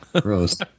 gross